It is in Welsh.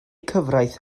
cyfraith